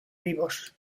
vivos